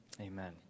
Amen